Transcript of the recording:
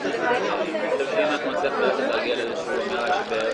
ננעלה בשעה 12:02.